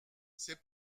c’est